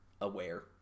aware